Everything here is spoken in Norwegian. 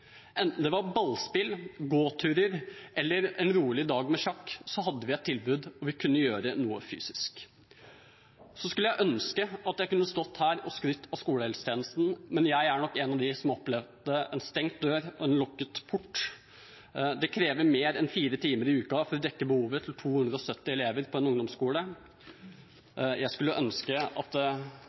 Enten det var ballspill, gåturer eller en rolig dag med sjakk, så hadde vi et tilbud hvor vi kunne gjøre noe fysisk. Så skulle jeg ønske at jeg kunne stått her og skrytt av skolehelsetjenesten, men jeg er nok en av dem som opplevde en stengt dør og en lukket port. Det krever mer enn fire timer i uka for å dekke behovet til 270 elever på en ungdomsskole. Jeg skulle ønske at